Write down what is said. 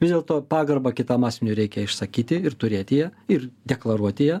vis dėlto pagarbą kitam asmeniui reikia išsakyti ir turėti ją ir deklaruoti ją